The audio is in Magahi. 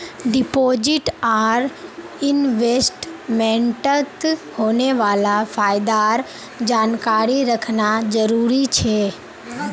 डिपॉजिट आर इन्वेस्टमेंटत होने वाला फायदार जानकारी रखना जरुरी छे